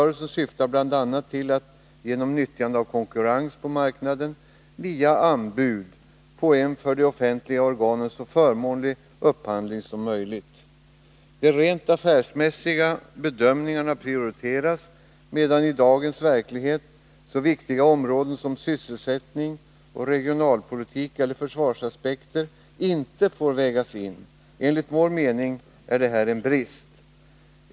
rensen på marknaden via anbud få en för de offentliga organen så förmånlig upphandling som möjligt. De rent affärsmässiga bedömningarna prioriteras, medan i dagens verklighet så viktiga synpunkter som beträffande sysselsättning och regionalpolitik eller försvaret inte får vägas in. Enligt vår mening är detta en brist.